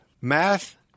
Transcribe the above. Math